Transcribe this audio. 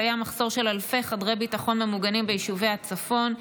קיים מחסור של אלפי חדרי ביטחון ממוגנים ביישובי הצפון,